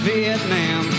Vietnam